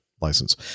license